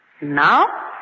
Now